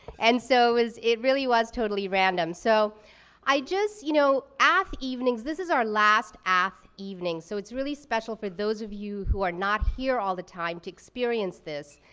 and so it really was totally random. so i just, you know, ath evenings, this is our last ath evening, so it's really special for those of you who are not here all the time to experience this.